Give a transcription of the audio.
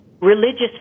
religious